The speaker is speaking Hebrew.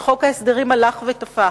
וחוק ההסדרים הלך ותפח.